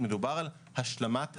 מדובר על השלמת הכנסה.